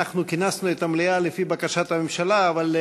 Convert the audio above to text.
אנחנו כינסנו את המליאה לפי בקשת הממשלה, אבל,